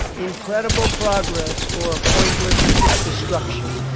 incredible progress or pointless destruction.